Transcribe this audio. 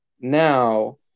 now